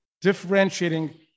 differentiating